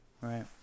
Right